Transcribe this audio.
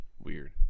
weird